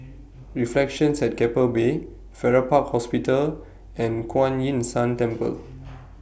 Reflections At Keppel Bay Farrer Park Hospital and Kuan Yin San Temple